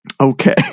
Okay